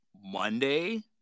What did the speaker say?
Monday